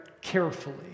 carefully